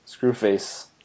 Screwface